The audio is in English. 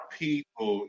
people